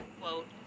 Quote